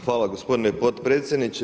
Hvala gospodine potpredsjedniče.